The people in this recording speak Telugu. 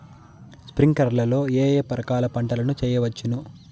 స్ప్రింక్లర్లు లో ఏ ఏ రకాల పంటల ను చేయవచ్చును?